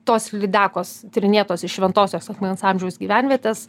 tos lydekos tyrinėtos iš šventosios akmens amžiaus gyvenvietės